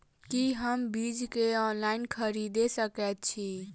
की हम बीज केँ ऑनलाइन खरीदै सकैत छी?